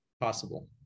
possible